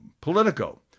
Politico